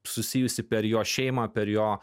susijusį per jo šeimą per jo